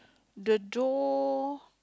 the door